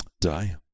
Die